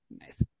Nice